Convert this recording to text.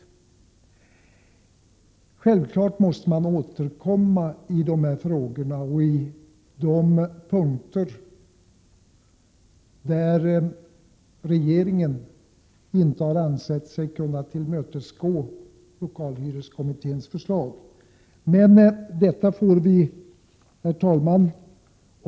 Självfallet måste man återkomma till de frågor där regeringen inte har ansett sig kunna tillmötesgå lokalhyreskommitténs förslag.